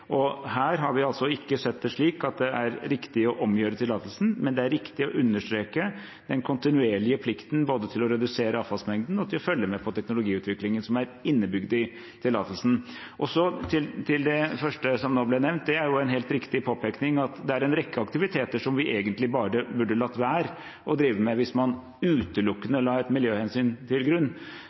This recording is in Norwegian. riktig å omgjøre tillatelsen, men det er riktig å understreke den kontinuerlige plikten til både å redusere avfallsmengden og til å følge med på teknologiutviklingen som er innebygd i tillatelsen. Til det første som nå ble nevnt: Det er en helt riktig påpekning at det er en rekke aktiviteter som vi egentlig bare burde latt være å drive med hvis man utelukkende la miljøhensyn til grunn.